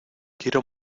quiero